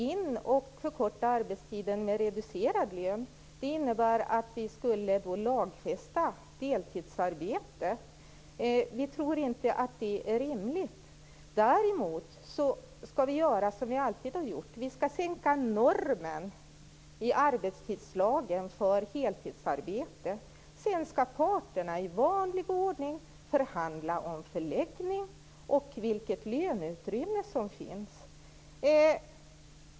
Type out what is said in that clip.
Att förkorta arbetstiden med reducerad lön skulle innebära att man skulle lagfästa deltidsarbete. Vi tror inte att det är rimligt. Däremot skall vi göra så som vi alltid har gjort, dvs. sänka normen för deltidsarbete i arbetstidslagen. Sedan skall parterna i vanlig ordning förhandla om förläggning och om vilket löneutrymme som finns.